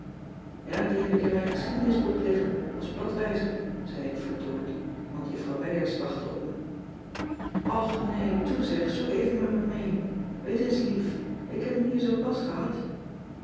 ja die heb ik in mijn geschiedenisboek liggen als bladwijzer zei ik vertoornd want juffrouw wijers wachtte op me och nee toe zeg zoek even met me mee wees eens lief ik heb hem hier zoo pas gehad